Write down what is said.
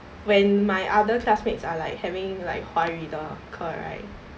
when my other classmates are like having like 华语的课 right